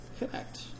Connect